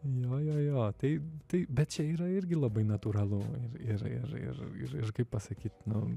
jo tai tai bet čia yra irgi labai natūralu ir ir ir ir ir kaip pasakyt nu